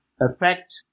affect